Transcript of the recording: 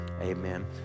Amen